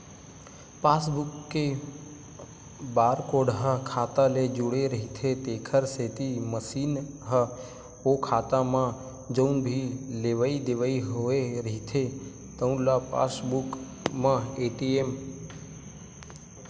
passbook के barcode ह खाता ले जुड़े रहिथे तेखर सेती मसीन ह ओ खाता म जउन भी लेवइ देवइ होए रहिथे तउन ल पासबूक म एंटरी करथे